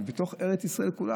ובתוך ארץ ישראל כולה,